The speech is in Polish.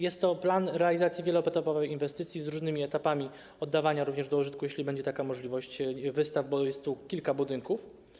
Jest to plan realizacji wieloetapowej inwestycji z różnymi etapami oddawania również do użytku, jeśli będzie taka możliwość, wystaw, bo jest tu kilka budynków.